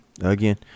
again